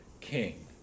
king